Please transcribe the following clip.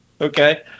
okay